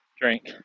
drink